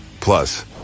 Plus